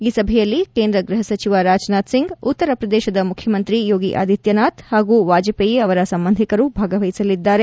ಈ ಸಭೆಯಲ್ಲಿ ಕೇಂದ್ರ ಗೃಹ ಸಚಿವ ರಾಜನಾಥ್ಸಿಂಗ್ ಉತ್ತರಪ್ರದೇಶದ ಮುಖ್ಯಮಂತ್ರಿ ಯೋಗಿ ಆದಿತ್ಯನಾಥ್ ಹಾಗು ವಾಜಪೇಯಿ ಅವರ ಸಂಬಂಧಿಕರು ಭಾಗವಹಿಸಲಿದ್ದಾರೆ